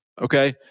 Okay